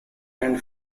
and